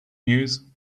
news